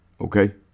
Okay